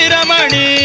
Ramani